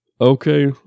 okay